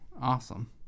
Awesome